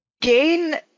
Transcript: gain